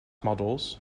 models